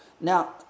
Now